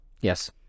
yes